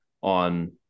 on